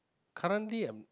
currently I'm